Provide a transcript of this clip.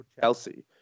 Chelsea